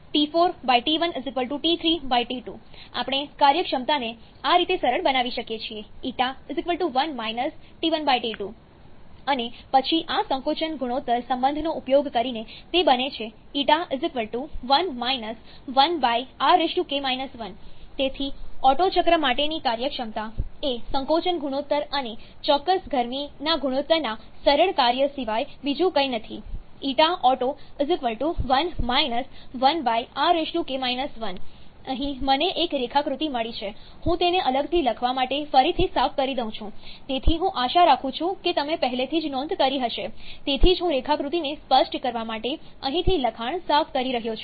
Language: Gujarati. તરીકે T4 T1 T3 T2 આપણે કાર્યક્ષમતાને આ રીતે સરળ બનાવી શકીએ છીએ Ƞ 1 T1 T2 અને પછી આ સંકોચન ગુણોત્તર સંબંધનો ઉપયોગ કરીને તે બને છે Ƞ 1 1rk 1 તેથી ઓટ્ટો ચક્ર માટેની કાર્યક્ષમતા એ સંકોચન ગુણોત્તર અને ચોક્કસ ગરમીના ગુણોત્તરના સરળ કાર્ય સિવાય બીજું કંઈ નથી ƞOtto 1 1rk 1 અહીં મને એક રેખાકૃતિ મળી છે હું તેને અલગથી લખવા માટે ફરીથી સાફ કરી દઉં છું તેથી હું આશા રાખું છું કે તમે પહેલેથી જ નોંધ કરી હશે તેથી જ હું રેખાકૃતિને સ્પષ્ટ કરવા માટે અહીંથી લખાણ સાફ કરી રહ્યો છું